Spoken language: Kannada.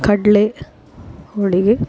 ಕಡಲೆ ಹೋಳಿಗೆ